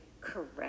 correct